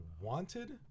wanted